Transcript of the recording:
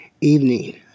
evening